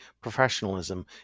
professionalism